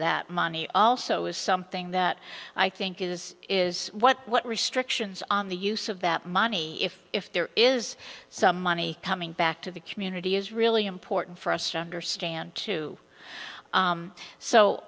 that money also is something that i think is is what what restrictions on the use of that money if if there is some money coming back to the community is really important for us to understand to